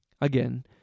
Again